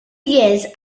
years